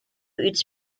its